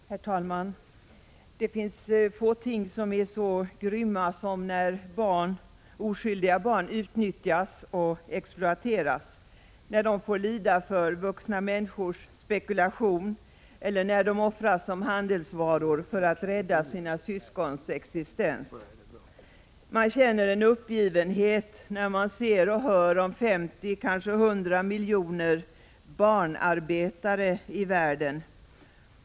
Herr talman! Det finns få ting som är så grymma som när oskyldiga barn utnyttjas och exploateras, när de får lida för vuxna människors spekulation eller när de offras som handelsvara för att rädda sina syskons existens. Man känner en uppgivenhet när man ser och hör om 50, kanske 100 miljoner, barnarbetare i världen.